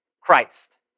Christ